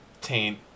taint